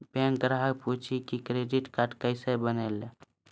Bank ग्राहक पुछी की क्रेडिट कार्ड केसे बनेल?